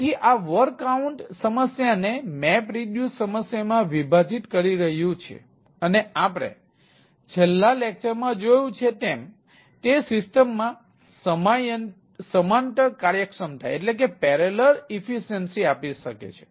તેથી આ word count આપી શકે છે